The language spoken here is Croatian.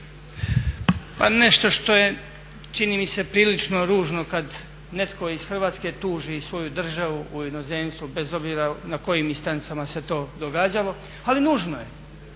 Pa nešto što je čini mi se prilično ružno kad netko iz Hrvatske tuži svoju državu u inozemstvu bez obzira na kojim instancama se to događalo, ali nužno je.